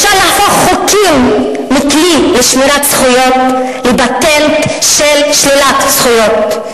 אפשר להפוך חוקים מכלי לשמירת זכויות לפטנט של שלילת זכויות,